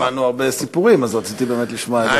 שמענו הרבה סיפורים, אז רציתי באמת לשמוע את דעתך.